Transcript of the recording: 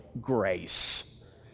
grace